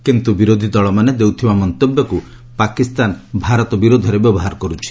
କିନ୍ତୁ ବିରୋଧୀ ଦଳମାନେ ଦେଉଥିବା ମନ୍ତବ୍ୟକୁ ପାକିସ୍ତାନ ଭାରତ ବିରୋଧରେ ବ୍ୟବହାର କରୁଛି